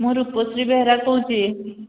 ମୁଁ ରୂପଶ୍ରୀ ବେହେରା କହୁଛି